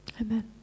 Amen